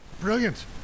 Brilliant